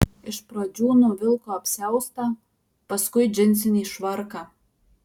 iš pradžių nuvilko apsiaustą paskui džinsinį švarką